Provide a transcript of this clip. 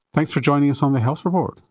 thanks for joining us on the health report.